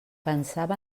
pensava